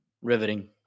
Riveting